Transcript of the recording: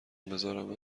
بذارم